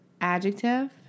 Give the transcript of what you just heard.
adjective